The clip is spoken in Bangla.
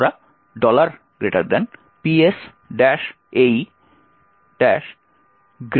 সুতরাং এর জন্য আমরা ps ae